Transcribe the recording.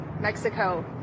Mexico